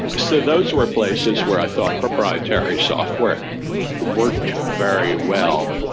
so those were places where i thought proprietary software worked very well.